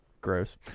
Gross